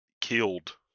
killed